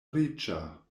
riĉa